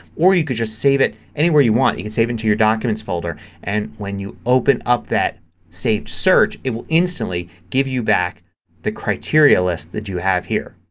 or you can just save it anywhere you want. you can save it to your documents folder and when you open up that saved search it will instantly give you back the criteria list that you have here.